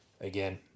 Again